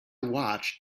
watched